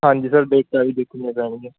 ਹਾਂਜੀ ਸਰ